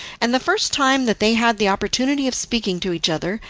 and the first time that they had the opportunity of speaking to each other,